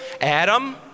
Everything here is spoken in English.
Adam